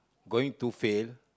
going to fail